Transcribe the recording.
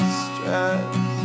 stress